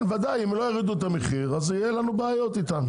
אם לא יורידו את המחיר, יהיה לנו בעיות איתם.